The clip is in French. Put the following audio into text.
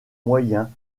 moyen